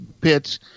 pits